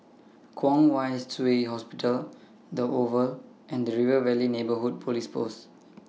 Kwong Wai Shiu Hospital The Oval and The River Valley Neighbourhood Police Post